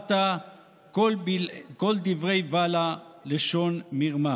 "אהבת כל דברי בלע לשון מרמה";